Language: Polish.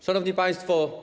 Szanowni Państwo!